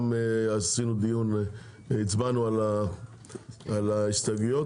הצבענו כבר על ההסתייגויות,